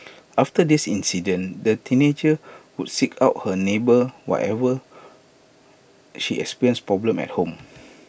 after this incident the teenager would seek out her neighbour whenever she experienced problems at home